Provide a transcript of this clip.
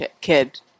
kid